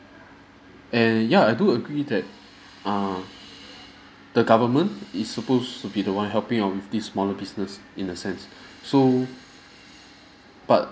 and ya I do agree that err the government is supposed to be the one helping out with this smaller business in a sense so but